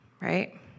right